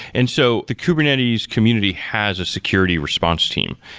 and so the kubernetes community has a security response team.